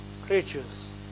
Creatures